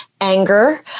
anger